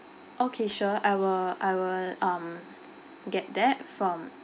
okay sure I will I will um get that from